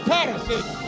Patterson